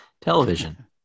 Television